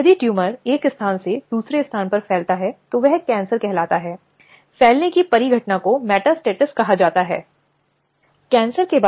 लेकिन वे एक अलग नाम और एक अलग रंग में थे जो यौन उत्पीड़न की धारणा को अपने भीतर ले जाने में सक्षम हैं